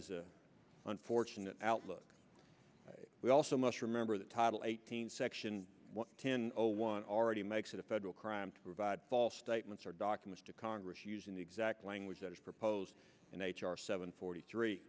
a unfortunate outlook we also must remember the title eighteen section ten zero one already makes it a federal crime to provide false statements or documents to congress using the exact language that is proposed in h r seven forty three